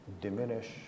diminish